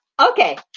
Okay